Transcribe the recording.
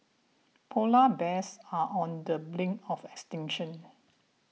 Polar Bears are on the brink of extinction